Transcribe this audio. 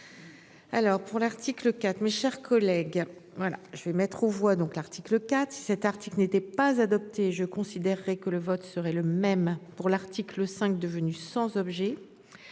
Alors pour l'article IV, mes chers collègues. Voilà je vais mettre aux voix donc l'article 4, cet article n'était pas adopté, je considérerais que le vote serait le même pour l'article 5 devenue sans objet.